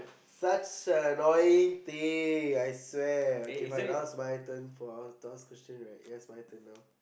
such a annoying thing I swear okay fine now it's my turn to ask question right yes my turn now